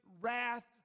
wrath